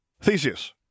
Theseus